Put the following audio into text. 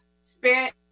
spirit